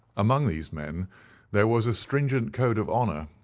among these men there was a stringent code of honour,